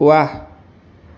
ৱাহ